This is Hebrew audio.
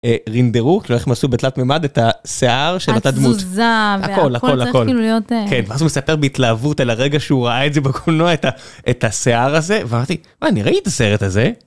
רינדרו תלויך מסו בתלת ממד את השיער של הדמות התלהבות על הרגע שהוא ראה את זה בכל מיני את השיער הזה ואני ראיתי את הסרט הזה.